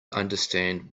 understand